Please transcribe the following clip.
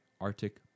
Arctic